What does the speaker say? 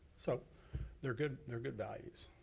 so they're good they're good values.